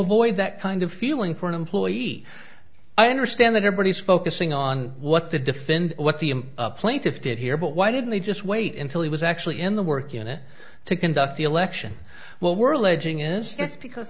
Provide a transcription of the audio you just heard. avoid that kind of feeling for an employee i understand that everybody is focusing on what the defend what the plaintiff did here but why didn't they just wait until he was actually in the work unit to conduct the election well we're alleging is because